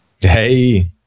hey